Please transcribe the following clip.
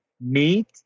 meat